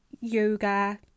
yoga